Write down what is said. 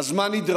אז מה נדרש?